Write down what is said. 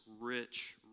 rich